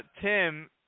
Tim